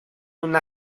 una